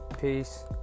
Peace